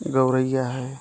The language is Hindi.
गौरय्या है